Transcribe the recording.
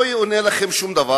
לא יאונה לכם שום דבר,